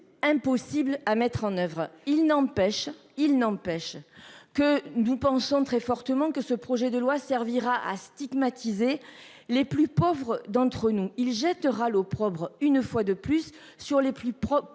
façon. Impossible à mettre en oeuvre. Il n'empêche, il n'empêche que nous pensons très fortement que ce projet de loi servira à stigmatiser les plus pauvres d'entre nous il jettera l'opprobre, une fois de plus sur les plus propres